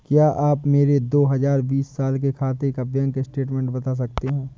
क्या आप मेरे दो हजार बीस साल के खाते का बैंक स्टेटमेंट बता सकते हैं?